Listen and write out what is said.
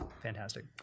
fantastic